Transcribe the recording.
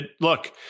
look